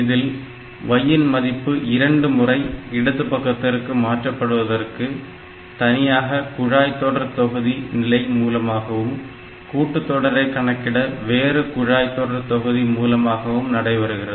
இதில் y ன் மதிப்பு இரண்டு முறை இடது பக்கத்திற்கு மாற்றப்படுவதற்கு தனியான குழாய் தொடர் தொகுதி நிலை மூலமாகவும் கூட்டுத்தொடரை கணக்கிட வேறு குழாய் தொடர் தொகுதி மூலமாகவும் நடைபெறுகிறது